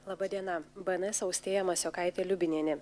laba diena bns austėja masiokaitė liubinienė